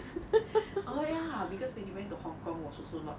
oh ya because when they went to hong kong was also not